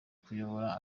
kuyobora